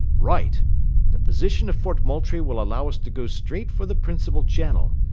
right the position of fort moultrie will allow us to go straight for the principal channel.